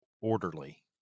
orderly